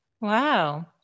Wow